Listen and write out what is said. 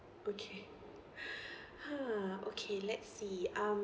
okay ha okay let's see um